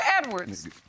Edwards